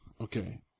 Okay